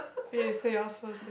then you say yours first